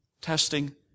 testing